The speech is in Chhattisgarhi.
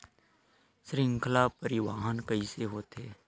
श्रृंखला परिवाहन कइसे होथे?